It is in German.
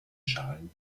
schalen